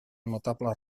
notables